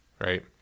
Right